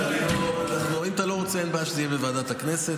אם אתה לא רוצה, אין בעיה שזה יהיה בוועדת הכנסת.